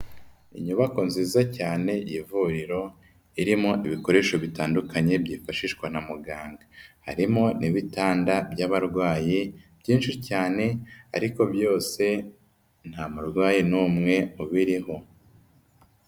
Inyubako nziza cyane y'ivuriro irimo ibikoresho bitandukanye byifashishwa na muganga, harimo n'ibitanda by'abarwayi byinshi cyane ariko byose nta murwayi n'umwe ubiriho.